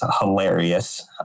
hilarious